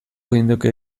geundeke